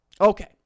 Okay